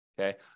okay